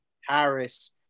Harris